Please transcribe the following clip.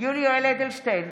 יולי יואל אדלשטיין,